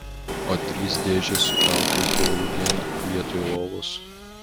o trys dėžės sukaltos draugėn vietoj lovos